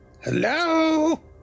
Hello